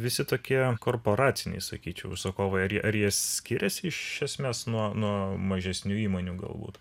visi tokie korporaciniai sakyčiau užsakovai ar jie ar jie skiriasi iš esmės nuo nuo mažesnių įmonių galbūt